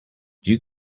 you